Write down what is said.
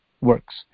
works